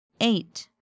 eight